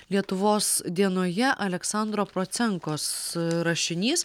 lietuvos dienoje aleksandro procenkos rašinys